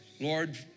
Lord